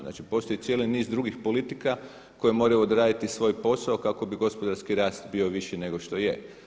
Znači postoji cijeli niz drugih politika koje moraju odraditi svoj posao kako bi gospodarski rast bio viši nego što je.